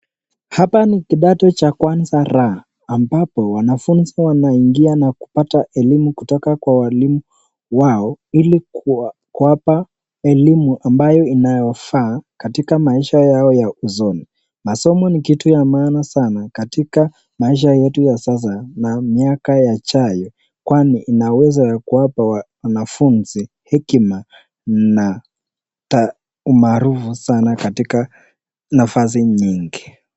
Hapa ni kidato cha kwanza R, ambapo wanafunzi wanaingia na kupata elimu kutoka kwa walimu wao, ili kuwapa elimu ambayo inayofaa katika maisha yao ya usoni. Masomo ni kitu ya maana sana katika maisha yetu ya sasa na miaka yajayo kwani inaweza kuwapa wanafunzi hekima na umaarufu sana katika nafasi nyingi.